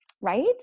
Right